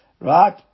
right